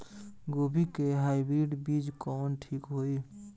गोभी के हाईब्रिड बीज कवन ठीक होई?